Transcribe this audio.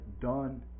done